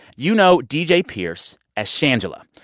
you know d j. pierce as shangela,